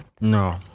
No